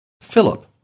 Philip